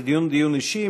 זה דיון אישי,